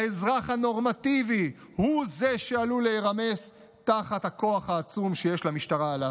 האזרח הנורמטיבי הוא זה שעלול להירמס תחת הכוח העצום שיש למשטרה עליו.